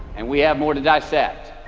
and we have more to dissect